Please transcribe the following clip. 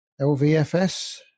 LVFS